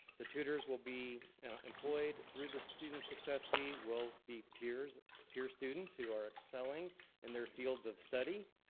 the tutors will be employed through the student success fee, will be peer peer students who are excelling in their fields of study,